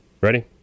Ready